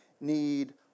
need